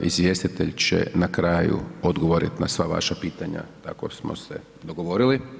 Izvjestitelj će na kraju odgovorit na sva vaša pitanja, tako smo se dogovorili.